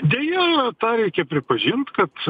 deja tą reikia pripažint kad